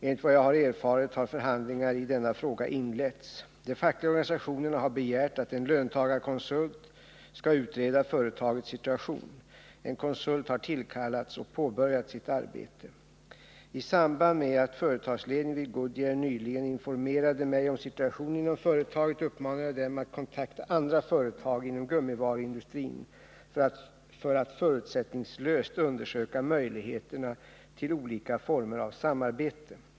Enligt vad jag har erfarit har förhandlingar i denna fråga inletts. De fackliga organisationerna har begärt att en löntagarkonsult skall utreda företagets situation. En konsult har tillkallats och påbörjat sitt arbete. I samband med att företagsledningen vid Goodyear nyligen informerade mig om situationen inom företaget uppmanade jag dem att kontakta andra företag inom gummivaruindustrin för att förutsättningslöst undersöka möjligheterna till olika former av samarbete.